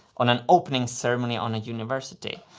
on an opening ceremony on a university.